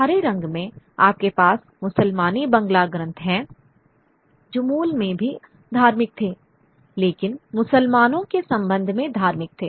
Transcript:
हरे रंग में आपके पास मुसल्मानी बंगला ग्रंथ हैं जो मूल में भी धार्मिक थे लेकिन मुसलमानों के संबंध में धार्मिक थे